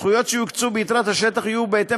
הזכויות שיוקצו ביתרת השטח יהיו בהתאם